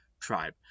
tribe